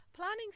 Planning